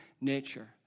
nature